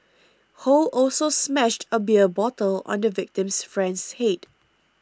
ho also smashed a beer bottle on the victim's friend's head